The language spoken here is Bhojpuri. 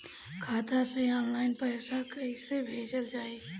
खाता से ऑनलाइन पैसा कईसे भेजल जाई?